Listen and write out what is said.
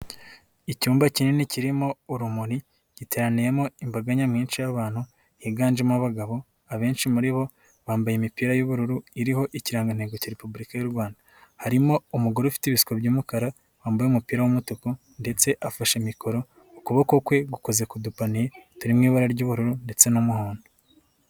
Icyumba kinini kirimo urumuri, giteraniyemo imbaga nyamwinshi y'abantu higanjemo abagabo, abenshi muri bo bambaye imipira y'ubururu iriho ikirangantego cya Repubulika y'u Rwanda. Harimo umugore ufite ibisuko by'umukara, wambaye umupira w'umutuku ndetse afashe mikoro, ukuboko kwe gukoze ku dupaniye turi mu ibara ry'ubururu ndetse n'umuhondo.